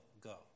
go